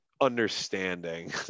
understanding